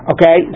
Okay